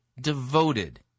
devoted